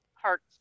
parts